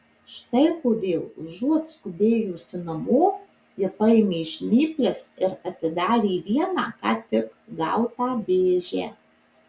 štai kodėl užuot skubėjusi namo ji paėmė žnyples ir atidarė vieną ką tik gautą dėžę